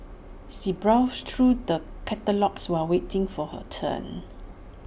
she browsed through the catalogues while waiting for her turn